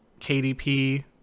KDP